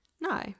No